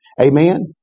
Amen